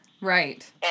right